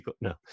No